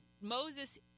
Moses